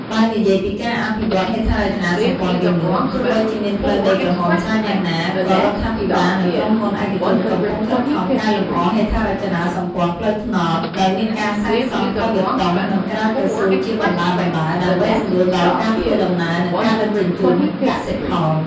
បើនិយាយពីការអភិវឌ្ឍន៍ហេដ្ឋារចនាសម្ព័ន្ធវិញនោះ ទោះបីជាមានផ្លូវដីក្រហមច្រើនយ៉ាងណាក៏រដ្ឋាភិបាលនិងក្រុមហ៊ុនឯកជនកំពុងខិតខំកែលម្អហេដ្ឋារចនាសម្ព័ន្ធផ្លូវថ្នល់ ដោយមានការសាងសង់ផ្លូវបេតុង និងក្រាលកៅស៊ូជាបណ្តើរៗ ដើម្បីសម្រួលដល់ការធ្វើដំណើរ និងការដឹកជញ្ជូនកសិផល។